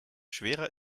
schwerer